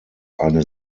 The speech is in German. eine